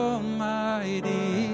Almighty